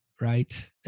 Right